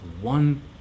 one